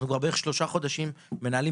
אנחנו כבר בערך שלושה חודשים מנהלים